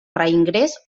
reingrés